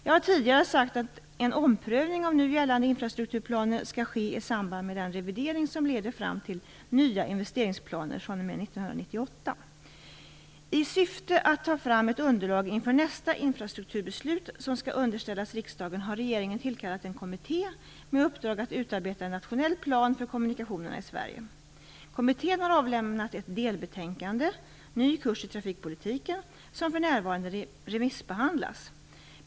Jag har tidigare sagt att en omprövning av nu gällande infrastrukturplaner skall ske i samband med den revidering som leder fram till nya investeringsplaner fr.o.m. 1998. Sverige. Kommittén har avlämnat ett delbetänkande - Ny kurs i trafikpolitiken - som för närvarande remissbehandlas.